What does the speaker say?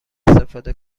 استفاده